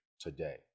today